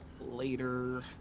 later